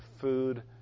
food